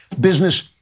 business